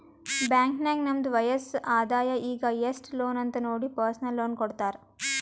bank ನಾಗ್ ನಮ್ದು ವಯಸ್ಸ್, ಆದಾಯ ಈಗ ಎಸ್ಟ್ ಲೋನ್ ಅಂತ್ ನೋಡಿ ಪರ್ಸನಲ್ ಲೋನ್ ಕೊಡ್ತಾರ್